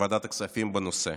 ועדת הכספים בנושא: